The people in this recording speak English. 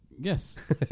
yes